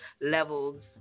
levels